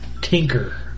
tinker